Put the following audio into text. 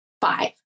five